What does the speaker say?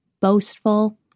boastful